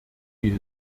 diese